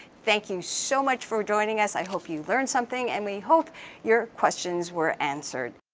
thank you so much for joining us, i hope you learned something, and we hope your questions were answered.